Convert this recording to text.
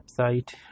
website